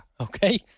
Okay